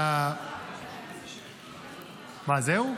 מה זהו?